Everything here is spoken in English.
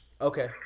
Okay